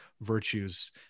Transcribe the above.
virtues